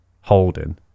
Holding